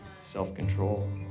self-control